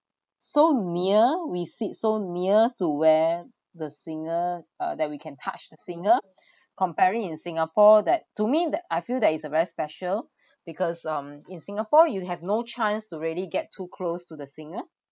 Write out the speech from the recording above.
so near we seat so near to where the singer uh that we can touch the singer comparing in singapore that to me that I feel that is a very special because um in singapore you have no chance to really get too close to the singer